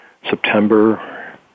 September